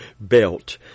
belt